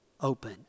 open